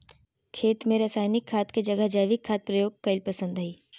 खेत में रासायनिक खाद के जगह जैविक खाद प्रयोग कईल पसंद हई